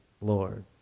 Lord